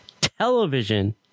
Television